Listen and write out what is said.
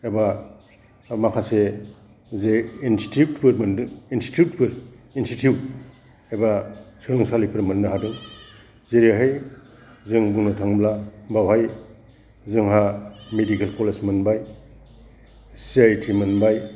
एबा माखासे जे इन्सतितिउतफोर मोनदों इन्सतितिउतफोर इन्सतितिउत एबा सोलोंसारिफोर मोननो हादों जेरैहाय जों बुंनो थांब्ला बावहाय जोंहा मेडिकेल कलेज मोनबाय सि आइ ति मोनबाय